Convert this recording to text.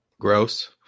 Gross